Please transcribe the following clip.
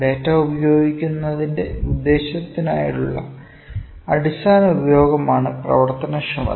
data ഉപയോഗിക്കുന്നതിന്റെ ഉദ്ദേശ്യത്തിനായുള്ള അടിസ്ഥാന ഉപയോഗമാണ് പ്രവർത്തനക്ഷമത